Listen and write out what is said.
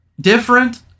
different